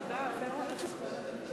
זו ההצעה הראשונה שלך